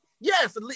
Yes